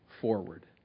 forward